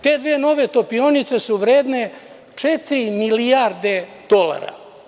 Te dve nove topionice su vredne četiri milijarde dolara.